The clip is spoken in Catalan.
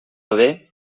haver